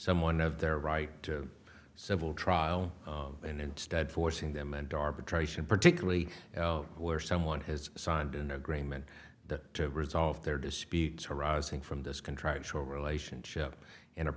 someone of their right to a civil trial and instead forcing them and darva triton particularly where someone has signed an agreement that to resolve their disputes arising from this contractual relationship in a